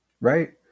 right